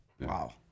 Wow